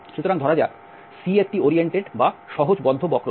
সুতরাং ধরা যাক C একটি ওরিয়েন্টেড বা সহজ বদ্ধ বক্ররেখা